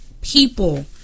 people